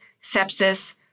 sepsis